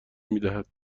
میدهد